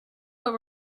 what